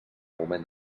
moment